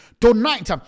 tonight